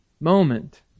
moment